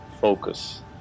focus